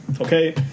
okay